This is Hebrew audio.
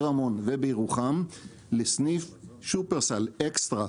רמון ובירוחם לסניף שהוא שופרסל אקסטרה,